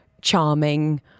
charming